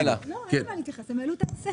אין מה להתייחס, הם העלו את הנושא.